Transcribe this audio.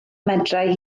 medrai